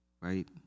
right